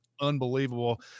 unbelievable